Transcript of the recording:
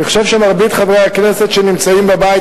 אני חושב שמרבית חברי הכנסת שנמצאים בבית